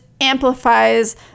amplifies